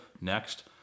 Next